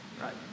right